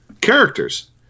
characters